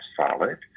solid